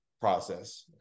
process